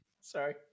Sorry